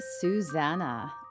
Susanna